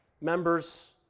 Members